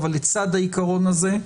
ולצד העיקרון הזה,